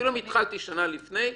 אפילו אם התחלתי שנה לפני,